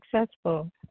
successful